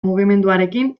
mugimenduarekin